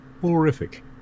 horrific